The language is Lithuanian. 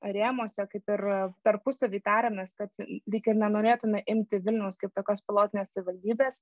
rėmuose kaip ir tarpusavy tariamės kad lyg ir nenorėtume imti vilniaus kaip tokios pilotinės savivaldybės